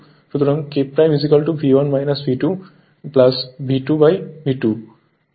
সুতরাং K V1 V2 V2V2